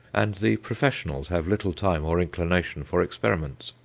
and the professionals have little time or inclination for experiments.